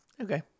Okay